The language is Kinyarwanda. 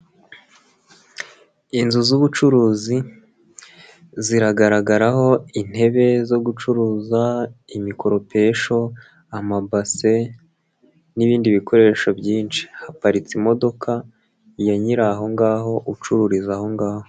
Inzu z'ubucuruzi, ziragaragaraho intebe zo gucuruza, imikoropesho, amabase n'ibindi bikoresho byinshi, haparitse imodoka ya nyira aho ngaho, ucururiza aho ngaho.